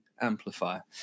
amplifier